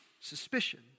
suspicion